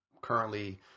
Currently